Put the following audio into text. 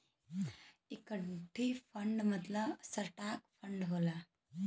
equity fund मतलब stock fund होला